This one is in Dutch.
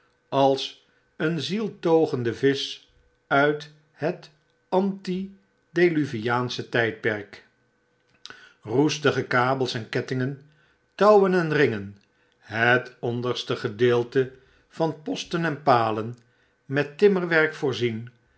als een zieltogende visch uit net antideluviaansche tydperk eoestige kabels en kettingentouwenenringen het onderste gedeelte van posten en palen met timmerwerk voorzien